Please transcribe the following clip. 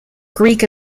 greek